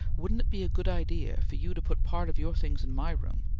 wouldn't it be a good idea for you to put part of your things in my room,